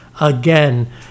again